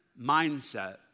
mindset